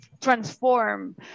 transform